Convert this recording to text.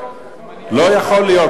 לא יכול להיות,